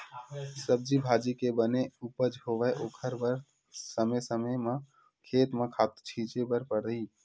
सब्जी भाजी के बने उपज होवय ओखर बर समे समे म खेत म खातू छिते बर परही